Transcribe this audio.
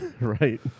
right